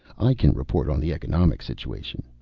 i can report on the economic situation.